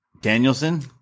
Danielson